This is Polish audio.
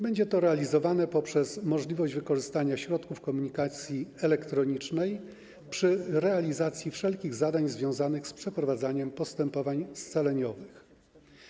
Będzie to realizowane dzięki możliwości wykorzystania środków komunikacji elektronicznej przy realizacji wszelkich zadań związanych z przeprowadzaniem postępowań scaleniowych.